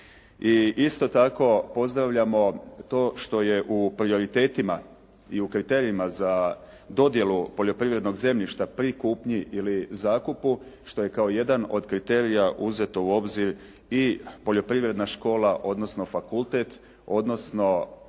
isto tako pozdravljamo to što je u prioritetima i u kriterijima za dodjelu poljoprivrednog zemljišta pri kupnji ili zakupu, što je kao jedan od kriterija uzeto u obzir i poljoprivredna škola, odnosno fakultet, odnosno